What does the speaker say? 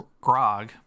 Grog